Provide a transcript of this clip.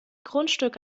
grundstück